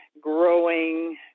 growing